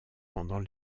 pendant